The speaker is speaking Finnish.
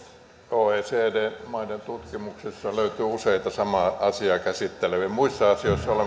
oecd maiden tutkimuksessa löytyy useita samaa asiaa käsitteleviä vertailuja muissa asioissa